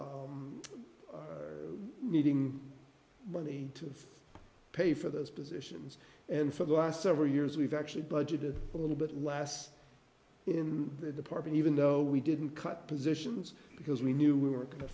to needing money to pay for those positions and for the last several years we've actually budgeted a little bit less in the department even though we didn't cut positions because we knew we were going to